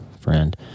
friend